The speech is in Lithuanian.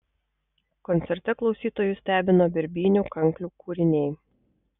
koncerte klausytojus stebino birbynių kanklių kūriniai